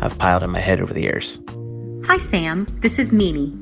i've piled in my head over the years hi, sam. this is mimi.